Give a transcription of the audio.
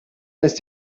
ist